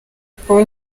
paul